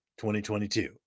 2022